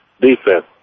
defense